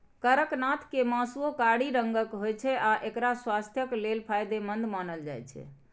कड़कनाथ के मासुओ कारी रंगक होइ छै आ एकरा स्वास्थ्यक लेल फायदेमंद मानल जाइ छै